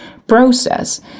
process